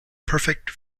perfect